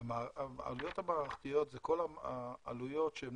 העלויות המערכתיות הן כל העלויות שהן